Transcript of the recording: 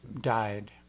died